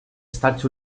estats